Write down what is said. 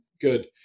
good